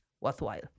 worthwhile